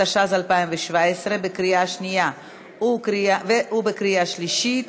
התשע"ז 2017, בקריאה שנייה ובקריאה שלישית.